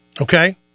Okay